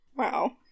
Wow